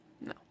No